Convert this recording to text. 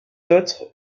d’autres